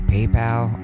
PayPal